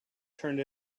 turned